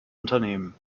unternehmen